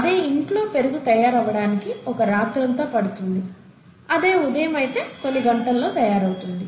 అదే ఇంట్లో పెరుగు తయారు అవటానికి ఒక రాత్రంతా పడుతుంది అదే ఉదయం అయితే కొన్ని గంటలలో తయారవుతుంది